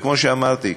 וכמו שאמרתי,